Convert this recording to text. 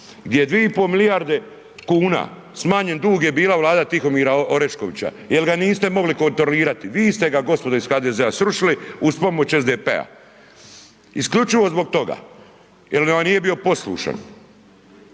gdje je 2,5 milijarde kuna smanjen dug je bila vlada Tihomira Oreškovića jel ga niste mogli kontrolirati. Vi ste ga gospodo iz HDZ-a srušili uz pomoć SDP-a, isključivo zbog toga jel vam nije bio poslušan.